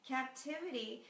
Captivity